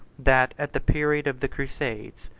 that, at the period of the crusades,